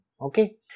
Okay